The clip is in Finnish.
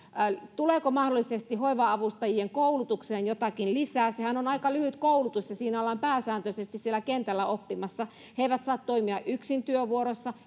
tuleeko mahdollisesti hoiva avustajien koulutukseen jotakin lisää sehän on aika lyhyt koulutus ja siinä ollaan pääsääntöisesti siellä kentällä oppimassa he eivät saa toimia yksin työvuorossa